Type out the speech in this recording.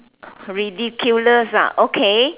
ridiculous ah okay